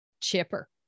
chipper